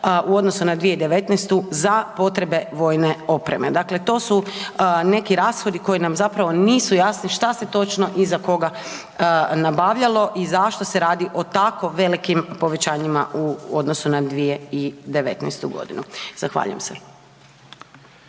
u odnosu na 2019. za potrebe vojne opreme. Dakle, to su neki rashodi koji nam zapravo nisu jasni šta se točno i za koga nabavljalo i zašto se radi o tako velikim povećanjima u odnosu na 2019.g.? Zahvaljujem se.